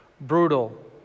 brutal